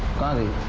file a